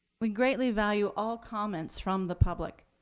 we greatly value all comments from the public,